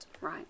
Right